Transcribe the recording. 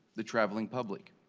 the traveling public.